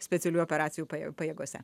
specialiųjų operacijų pajėgose